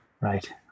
Right